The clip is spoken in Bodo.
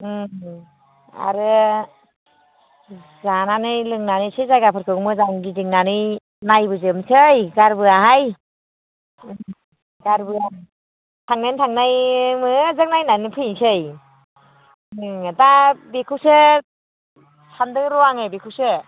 उम आरो जानानै लोंनानै एसे जायगाफोरखौ मोजां गिदिंनानै नायबोजोबनोसै गारबोआहाय उम गारबोआ थांनायनि थांनाय मोजां नायनानै फैनोसै उम दा बेखौसो सानदों र' आं बेखौसो